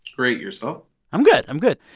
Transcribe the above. great. yourself? i'm good. i'm good.